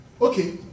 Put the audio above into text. okay